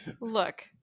Look